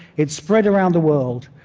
it spread around the world.